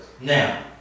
Now